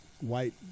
white